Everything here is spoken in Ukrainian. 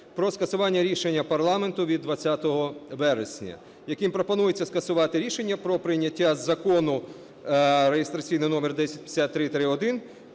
про скасування рішення парламенту від 20 вересня, яким пропонується скасувати рішення про прийняття Закону реєстраційний номер 1053-1